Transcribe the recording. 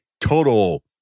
total